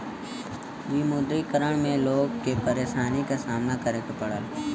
विमुद्रीकरण में लोग के परेशानी क सामना करे के पड़ल